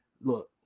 Look